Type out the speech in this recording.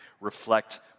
reflect